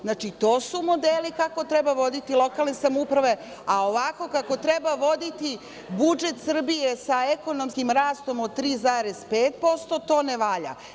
Znači, to su modeli kako treba voditi lokalne samouprave, a ovako kako treba voditi budžet Srbije, sa ekonomskim rastom od 3,5%, to ne valja.